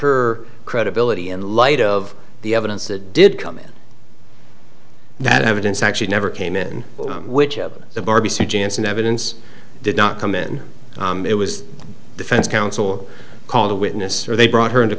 her credibility in light of the evidence that did come in that evidence actually never came in which of the janssen evidence did not come in it was defense counsel called a witness or they brought her into